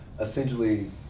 essentially